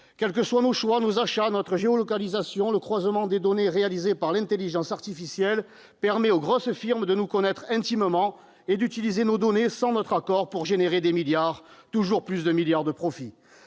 Quels que soient nos choix, nos achats, notre géolocalisation, le croisement des données réalisé par l'intelligence artificielle permet aux grosses firmes de nous connaître intimement et d'utiliser nos données, sans notre accord, pour générer des milliards et encore des milliards de profits.